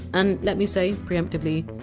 and let me say, preemptively,